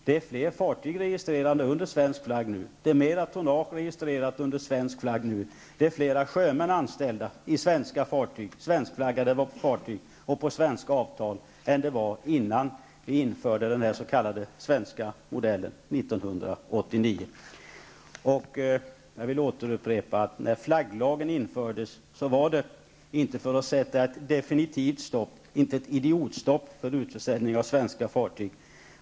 Det är fler fartyg och mer tonnage registrerade under svensk flagg, fler sjömän anställda på svenska fartyg med svenska avtal nu än det var innan vi införde den s.k. svenska modellen 1989. Jag vill upprepa att flagglagen inte infördes för att sätta ett definitivt stopp, ett idiotstopp, för utförsäljningen av svenska fartyg.